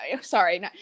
sorry